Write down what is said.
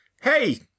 hey